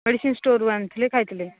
medicine ଷ୍ଟୋରରୁ ଆଣିଥିଲେ ଖାଇଥିଲେ